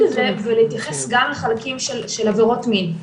הזה ולהתייחס גם לחלקים של עבירות מין,